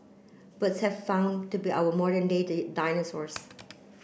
birds have found to be our modern day day dinosaurs